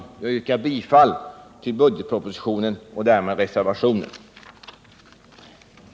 Jag yrkar bifall till reservationen och därmed till regeringens förslag i budgetpropositionen.